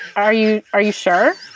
are you are you sure?